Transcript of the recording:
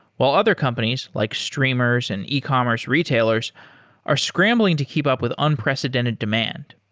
while other companies like streamers and e-commerce retailers are scrambling to keep up with unprecedented demand.